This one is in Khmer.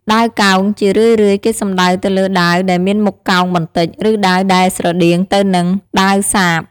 ដាវកោង ជារឿយៗគេសំដៅទៅលើដាវដែលមានមុខកោងបន្តិច ឬដាវដែលស្រដៀងទៅនឹងដាវសាប។